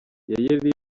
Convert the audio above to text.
yayeli